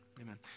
Amen